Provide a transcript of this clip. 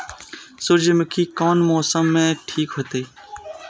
सूर्यमुखी कोन मौसम में ठीक होते?